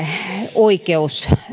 oikeus